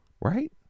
Right